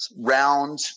round